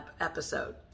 episode